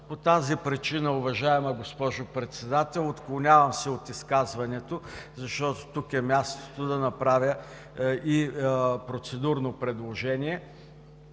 По тази причина, уважаема госпожо Председател, отклонявам се от изказването, защото тук е мястото да направя процедурно предложение.